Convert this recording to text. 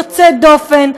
יוצאת דופן,